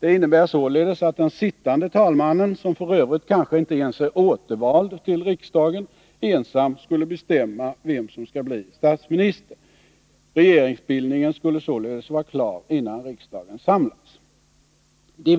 Det innebär således att den sittande talmannen, som f. ö. kanske inte ens är återvald till riksdagen, ensam skulle bestämma vem som skall bli statsminister. Regeringsbildningen skulle således vara klar innan riksdagen samlas. De